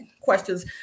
questions